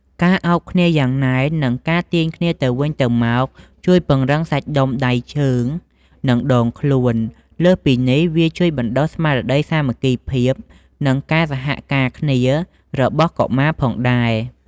ការឱបគ្នាយ៉ាងណែន និងការទាញគ្នាទៅវិញទៅមក ជួយពង្រឹងសាច់ដុំដៃជើង និងដងខ្លួន លើសពីនេះវាជួយបណ្តុះស្មារតីសាមគ្គីភាព និងការសហការគ្នារបស់កុមារផងដែរ។